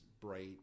bright